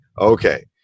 okay